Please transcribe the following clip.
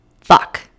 fuck